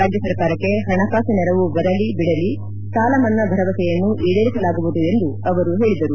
ರಾಜ್ಯ ಸರ್ಕಾರಕ್ಷೆ ಹಣಕಾಸು ನೆರವು ಬರಲಿ ಬಿಡಲಿ ಸಾಲ ಮನ್ನಾ ಭರವಸೆಯನ್ನು ಈಡೇರಿಸಲಾಗುವುದು ಎಂದು ಅವರು ಹೇಳಿದರು